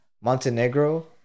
Montenegro